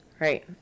Right